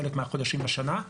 חלק מהחודשים בשנה,